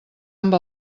amb